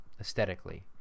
Aesthetically